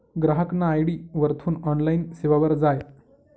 ग्राहकना आय.डी वरथून ऑनलाईन सेवावर जाय